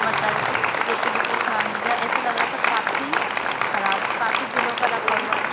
mutton جوکہ بالکل خراب نکلا ایسا لگ رہا تھا کافی کھراب کافی دنوں کا رکھا ہوا ہے